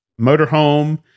motorhome